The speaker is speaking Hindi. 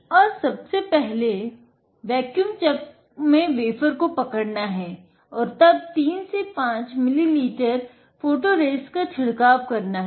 और सबसे पहले वेक्यूम चक में वेफ़र को पकड़ना है और तब 3 से 5 मिलीलीटर फोतोरेसिस्ट का छिडकाव करना है